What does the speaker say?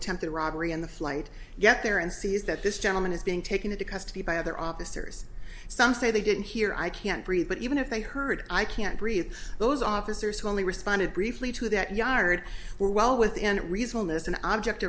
attempted robbery on the flight get there and sees that this gentleman is being taken into custody by other officers some say they didn't hear i can't breathe but even if they heard i can't breathe those officers who only responded briefly to that yard were well within reason as an object